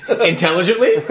intelligently